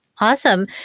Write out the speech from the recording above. Awesome